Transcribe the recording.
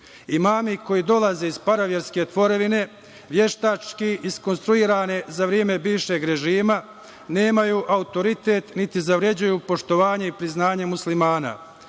koji dolaze iz paraverske tvorevine, veštački iskontruisane za vreme bivšeg režima, nemaju autoritet, niti zavređuju poštovanje i priznanje muslimana.